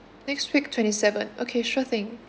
next week twenty seven okay sure thing